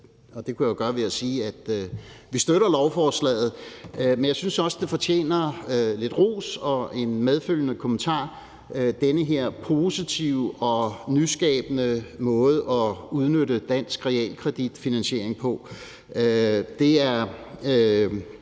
Det kunne jeg jo gøre ved at sige, at vi støtter lovforslaget, men jeg synes også, det fortjener lidt ros og en medfølgende kommentar. Den her positive og nyskabende måde at udnytte dansk realkreditfinansiering på